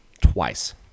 twice